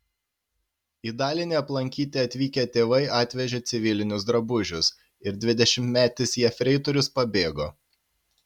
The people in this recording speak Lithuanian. į dalinį aplankyti atvykę tėvai atvežė civilinius drabužius ir dvidešimtmetis jefreitorius pabėgo